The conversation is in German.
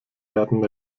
werden